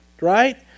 right